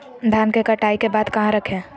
धान के कटाई के बाद कहा रखें?